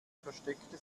versteckte